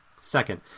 Second